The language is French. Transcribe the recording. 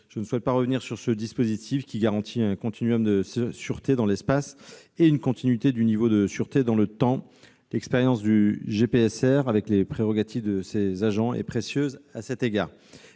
Je ne souhaite pas revenir sur ce dispositif, qui garantit un continuum de sûreté dans l'espace et une continuité du niveau de sûreté dans le temps. L'expérience du GPSR, avec les prérogatives dont disposent ses agents, est précieuse à cet égard.